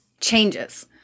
changes